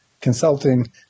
consulting